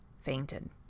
fainted